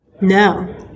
No